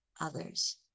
others